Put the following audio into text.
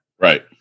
Right